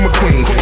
McQueen